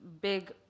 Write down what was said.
big